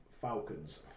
Falcons